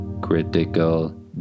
critical